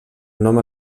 nom